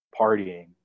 partying